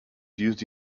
used